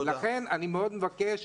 לכן אני מאוד מבקש,